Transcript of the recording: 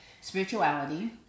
spirituality